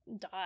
die